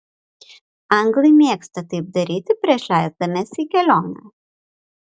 anglai mėgsta taip daryti prieš leisdamiesi į kelionę